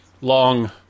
long